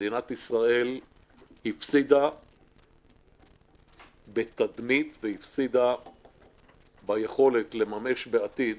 מדינת ישראל הפסידה בתדמית והפסידה ביכולת לממש בעתיד